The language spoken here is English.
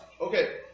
Okay